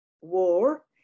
war